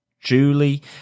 Julie